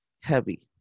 heavy